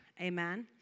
Amen